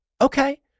Okay